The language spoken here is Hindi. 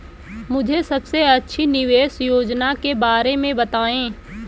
मुझे सबसे अच्छी निवेश योजना के बारे में बताएँ?